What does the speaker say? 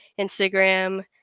Instagram